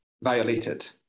violated